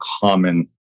common